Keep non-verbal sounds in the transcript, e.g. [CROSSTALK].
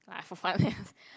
like for fun only ah [LAUGHS]